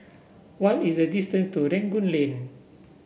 what is the distance to Rangoon Lane